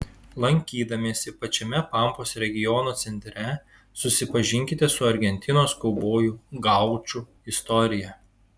lankydamiesi pačiame pampos regiono centre susipažinkite su argentinos kaubojų gaučų istorija